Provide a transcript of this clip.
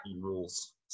rules